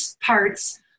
parts